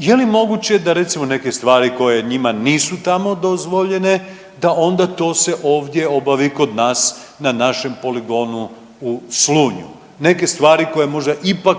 Je li moguće da recimo neke stvari koje njima nisu tamo dozvoljene da onda to se ovdje obavi kod nas na našem poligonu u Slunju? Neke stvari koje ipak